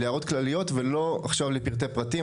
להערות כלליות ולא עכשיו לפרטי פרטים.